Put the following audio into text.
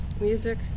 music